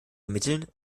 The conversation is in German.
ermitteln